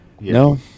No